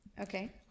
Okay